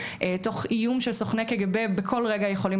תוך איום של סוכני ק.ג.ב בכל רגע יכולים